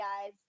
guys